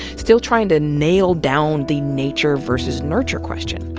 still trying to nail down the nature vs. nurture question.